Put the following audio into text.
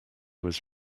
was